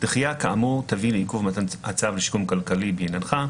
דחייה כאמור תביא לעיכוב מתן הצו לשיקום כלכלי בעניינך,